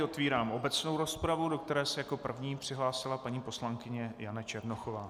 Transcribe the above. Otevírám obecnou rozpravu, do které se jako první přihlásila paní poslankyně Jana Černochová.